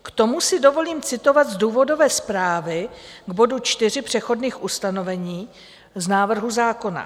K tomu si dovolím citovat z důvodové zprávy k bodu 4 přechodných ustanovení z návrhu zákona: